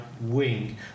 wing